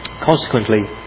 Consequently